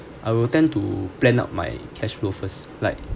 I will tend to plan out my cash flow first like